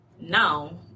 Now